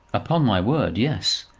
upon my word, yes.